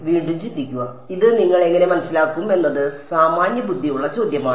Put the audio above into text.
വീണ്ടും ചിന്തിക്കുക ഇത് നിങ്ങൾ എങ്ങനെ മനസ്സിലാക്കും എന്നത് സാമാന്യബുദ്ധിയുള്ള ചോദ്യമാണ്